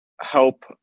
help